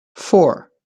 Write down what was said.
four